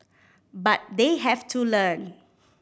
but they have to learn